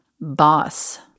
Boss